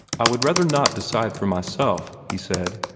i would rather not decide for myself, he said,